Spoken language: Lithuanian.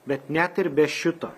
bet net ir be šito